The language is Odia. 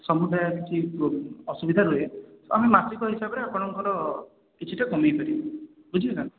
ସମୁଦାୟ କିଛି ଅସୁବିଧା ରହୁ ତା'ହେଲେ ମାସିକ ହିସାବରେ ଆପଣଙ୍କର କିଛିଟା କମାଇ ପାରିବୁ ବୁଝି ହେଲା